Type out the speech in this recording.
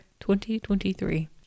2023